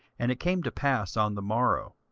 and it came to pass on the morrow,